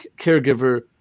caregiver